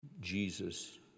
Jesus